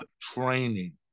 training